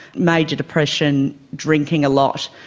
major depression, drinking a lot,